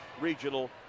Regional